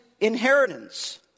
inheritance